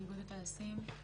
מאיגוד הטייסים.